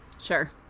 Sure